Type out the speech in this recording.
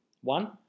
one